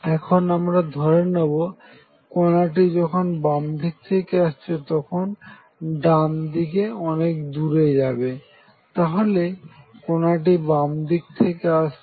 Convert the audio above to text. এখন আমরা ধরে নেব কনাটি যখন বাম দিক থেকে আসছে তখন ডানদিকে অনেক দূরে যাবে তাহলে কোন কনাটি বাম দিক থেকে আসছে